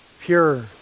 pure